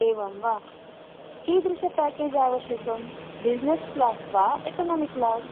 एवं वा कीदृश प्याकेज् अपेक्षितम् बिस्नेस् क्लास् वा एकनामिक् क्लास्